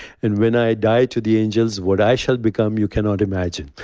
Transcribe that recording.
and when i die to the angels, what i shall become, you cannot imagine.